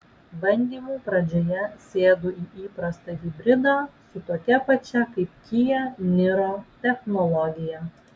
bandymų pradžioje sėdu į įprastą hibridą su tokia pačia kaip kia niro technologija